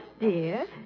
dear